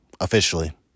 Officially